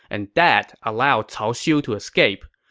and that allowed cao xiu to escape,